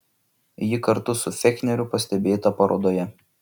ji kartu su fechneriu pastebėta parodoje